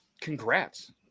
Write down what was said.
Congrats